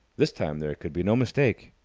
this time there could be no mistake.